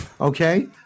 okay